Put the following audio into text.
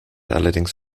allerdings